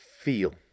feel